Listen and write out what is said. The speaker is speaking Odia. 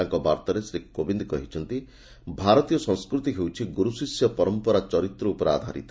ତାଙ୍କ ବାର୍ତ୍ତାରେ ଶ୍ରୀ କୋବିନ୍ଦ କହିଛନ୍ତି ଭାରତୀୟ ସଂସ୍କୃତି ହେଉଛି ଗୁରୁ ଶିଷ୍ୟ ପରଖ୍ପରା ଚରିତ୍ର ଉପରେ ଆଧାରିତ